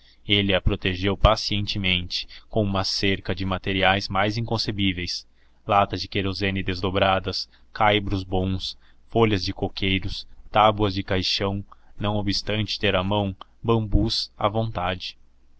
ele a protegeu pacientemente com uma cerca de materiais mais inconcebíveis latas de querosene desdobradas caibros bons folhas de coqueiros tábuas de caixão não obstante ter à mão bambus à vontade